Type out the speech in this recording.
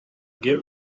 get